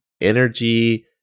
energy